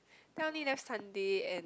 then I only left Sunday and